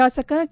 ಶಾಸಕ ಕೆ